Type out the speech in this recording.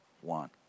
one